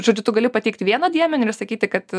žodžiu tu gali pateikti vieną dėmenį ir sakyti kad